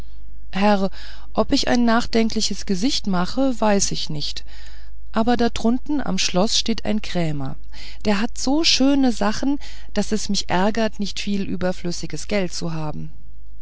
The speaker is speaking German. herr ob ich ein nachdenkliches gesicht mache weiß ich nicht aber da drunten am schloß steht ein krämer der hat so schöne sachen daß es mich ärgert nicht viel überflüssiges geld zu haben